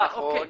נכון,